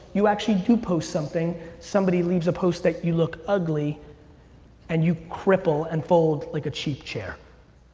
you actually do post something, somebody leaves a post that you look ugly and you cripple and fold like a cheap chair.